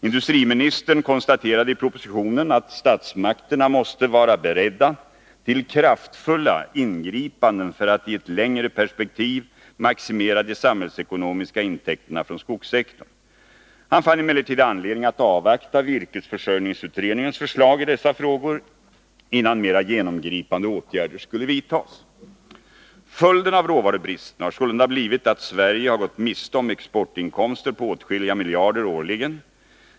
Industriministern konstaterade i propositionen att statsmakterna måste vara beredda till kraftfulla ingripanden för att i ett längre perspektiv maximera de samhällsekonomiska intäkterna från skogssektorn. Han fann emellertid anledning att avvakta virkesförsörjningsutredningens förslag i dessa frågor, innan mera genomgripande åtgärder skulle vidtas. Följden av råvarubristen har sålunda blivit att Sverige årligen har gått miste om exportinkomster på åtskilliga miljarder.